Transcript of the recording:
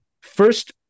first